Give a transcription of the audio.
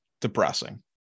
depressing